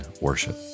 Worship